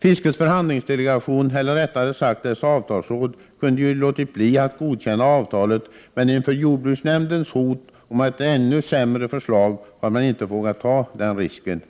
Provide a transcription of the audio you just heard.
Fiskets förhandlingsdelegation, eller rättare sagt dess avtalsråd, kunde ju ha låtit bli att godkänna avtalet. Men inför jordbruksnämndens hot om ett ännu sämre förslag har man inte vågat ta den risken.